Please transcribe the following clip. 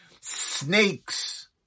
snakes